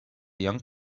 young